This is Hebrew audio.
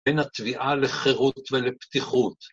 ‫בין התביעה לחירות ולפתיחות.